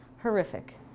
horrific